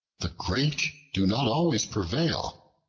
the great do not always prevail.